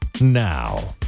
now